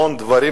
המון דברים,